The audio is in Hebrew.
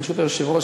ברשות היושב-ראש,